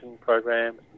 programs